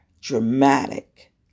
dramatic